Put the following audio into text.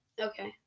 Okay